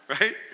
right